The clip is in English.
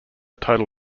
total